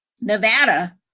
Nevada